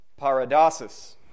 paradosis